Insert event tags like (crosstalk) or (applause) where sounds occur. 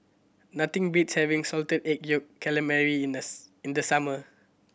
nothing beats having Salted Egg Yolk Calamari in the (unintelligible) in the summer